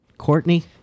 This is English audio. Courtney